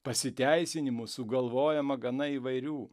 pasiteisinimų sugalvojama gana įvairių